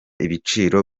ibiciro